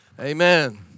Amen